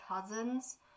cousins